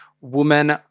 women